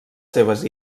seves